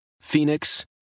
Phoenix